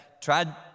tried